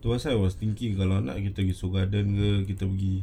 that's why I was thinking kalau mak pergi seoul garden ke kita pergi